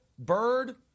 Bird